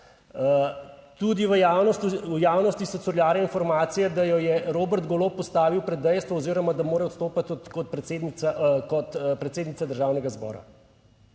v javnosti so curljale informacije, da jo je Robert Golob postavil pred dejstvo oziroma da mora odstopiti kot predsednica, kot